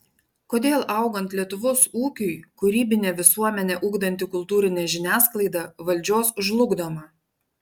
kodėl augant lietuvos ūkiui kūrybinę visuomenę ugdanti kultūrinė žiniasklaida valdžios žlugdoma